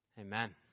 Amen